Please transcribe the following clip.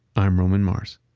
i'm roman mars.